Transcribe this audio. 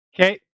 okay